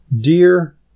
Dear